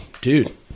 Dude